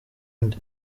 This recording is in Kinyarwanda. nde